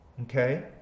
okay